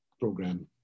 program